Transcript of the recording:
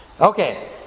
Okay